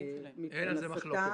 אין על זה מחלוקת.